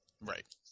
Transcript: Right